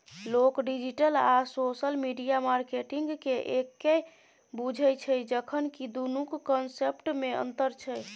लोक डिजिटल आ social media मार्केटिंगकेँ एक्के बुझय छै जखन कि दुनुक कंसेप्टमे अंतर छै